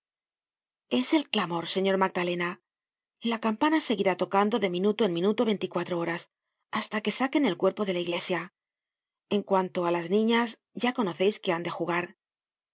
es el clamor señor magdalena la campana seguirá tocando de minuto en minuto veinticuatro horas hasta que saquen el cuerpo de la iglesia en cuanto á las niñas ya conoceis que han de jugar